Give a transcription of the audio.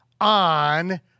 on